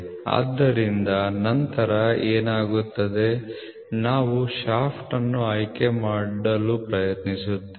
ಆದ್ದರಿಂದ ನಂತರ ಏನಾಗುತ್ತದೆ ನಾವು ಶಾಫ್ಟ್ ಅನ್ನು ಆಯ್ಕೆ ಮಾಡಲು ಪ್ರಯತ್ನಿಸುತ್ತೇವೆ